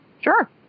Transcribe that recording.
Sure